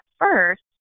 first